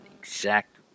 exact